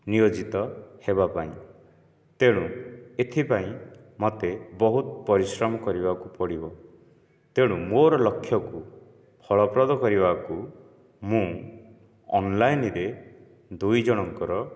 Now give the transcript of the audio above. ନିୟୋଜିତ ହେବା ପାଇଁ ତେଣୁ ଏଥିପାଇଁ ମୋତେ ବହୁତ ପରିଶ୍ରମ କରିବାକୁ ପଡ଼ିବ ତେଣୁ ମୋର ଲକ୍ଷ୍ୟକୁ ଫଳପ୍ରଦ କରିବାକୁ ମୁଁ ଅନ୍ଲାଇନ୍ରେ ଦୁଇ ଜଣଙ୍କର